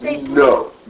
No